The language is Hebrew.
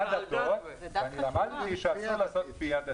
אני בעד דתות, ואני למדתי שאסור לעשות כפייה דתית.